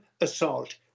assault